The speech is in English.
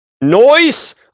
Noise